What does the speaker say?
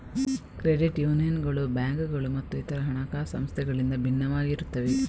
credit ಯೂನಿಯನ್ಗಳು ಬ್ಯಾಂಕುಗಳು ಮತ್ತು ಇತರ ಹಣಕಾಸು ಸಂಸ್ಥೆಗಳಿಂದ ಭಿನ್ನವಾಗಿರುತ್ತವೆ